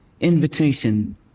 invitation